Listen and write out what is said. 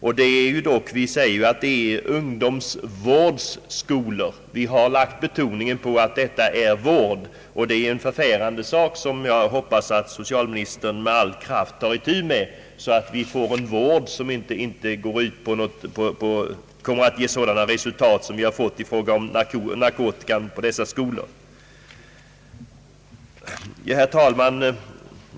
Vi kallar ju skolorna ungdomsvårdsskolor och har lagt betoningen på ordet vård. Jag anser att de anförda siffrorna är förfärande och hoppas att socialministern med all kraft tar itu med detta problem, så att vi får en vård som inte kommer att ge sådana resultat som de här kon staterade i fråga om narkotika på dessa skolor. Herr talman!